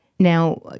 Now